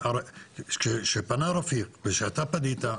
כשפנה רפיק וכשאתה פנית,